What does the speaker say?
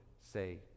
say